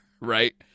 right